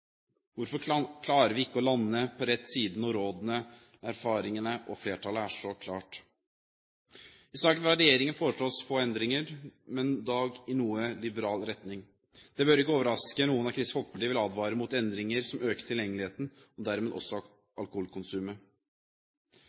Hvorfor klarer vi ikke å lande på rett side når rådene og erfaringene er så klare og flertallet er så klart? I saken fra regjeringen foreslås få endringer, dog i noe liberal retning. Det bør ikke overraske noen at Kristelig Folkeparti vil advare mot endringer som øker tilgjengeligheten og dermed også alkoholkonsumet.